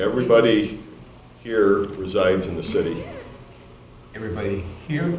everybody here resides in the city everybody here